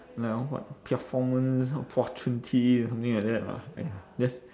like one what this kind of something like that lah !aiya! just